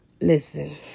Listen